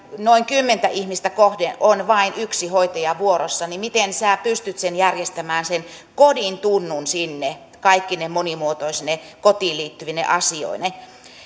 noin kymmentä ihmistä kohden on vain yksi hoitaja vuorossa niin miten sinä pystyt järjestämään sen kodin tunnun sinne kaikkine monimuotoisine kotiin liittyvine asioineen